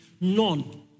None